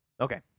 Okay